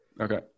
okay